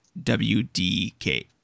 WDK